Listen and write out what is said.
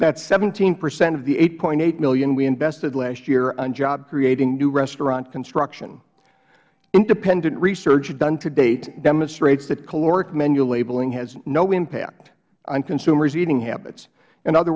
that is seventeen percent of the eight dollars eighty cents million we invested last year on job creating new restaurant construction independent research done to date demonstrates that caloric menu labeling has no impact on consumers eating habits in other